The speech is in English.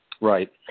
Right